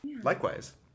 Likewise